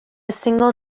single